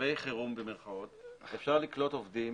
במצבי חירום, במרכאות, אפשר לקלוט עובדים